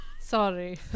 Sorry